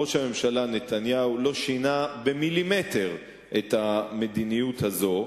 ראש הממשלה נתניהו לא שינה במילימטר את המדיניות הזאת,